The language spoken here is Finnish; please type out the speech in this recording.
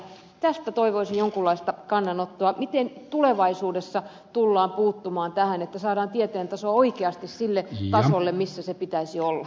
tästä toivoisin jonkinlaista kannanottoa miten tulevaisuudessa tullaan puuttumaan tähän että saadaan tieteen taso oikeasti sille tasolle jolla sen pitäisi olla